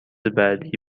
بعدی